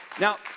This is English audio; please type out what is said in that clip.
Now